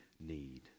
need